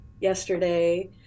yesterday